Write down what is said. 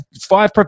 five